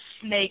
snake